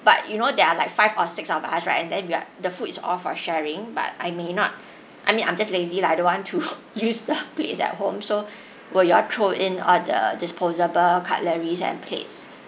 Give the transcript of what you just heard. but you know there are like five or six of us right and then we are the food is all for sharing but I may not I mean I'm just lazy lah I don't want to use the plates at home so will you all throw in all the disposable cutleries and plates